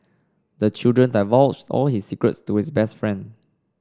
the children divulged all his secrets to his best friend